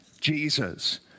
Jesus